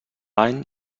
any